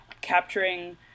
capturing